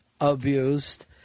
abused